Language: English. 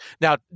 Now